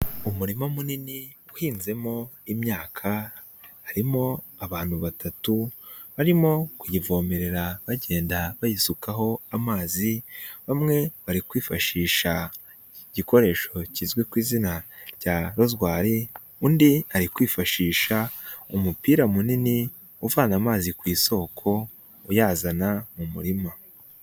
Umurima munini uhinnzemo imyaka harimo abantu batatu barimo kuyivomerera bagenda bayisukaho amazi, bamwe bari kwifashisha igikoresho kizwi ku izina rya rozwari, undi ari kwifashisha umupira munini uvana amazi ku isoko uyazana mu murima.